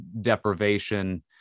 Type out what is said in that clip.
deprivation